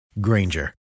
Granger